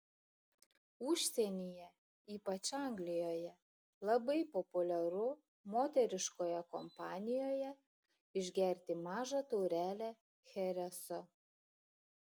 užsienyje ypač anglijoje labai populiaru moteriškoje kompanijoje išgerti mažą taurelę chereso